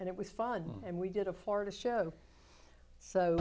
and it was fun and we did a florida show so